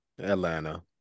Atlanta